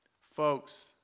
folks